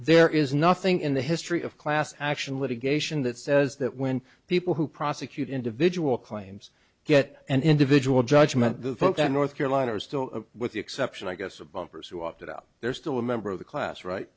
there is nothing in the history of class action litigation that says that when people who prosecute individual claims get an individual judgment the folks at north carolina are still with the exception i guess of bumpers who opted out there is still a member of the class right